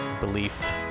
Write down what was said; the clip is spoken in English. belief